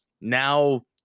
now